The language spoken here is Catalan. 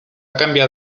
canviar